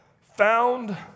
found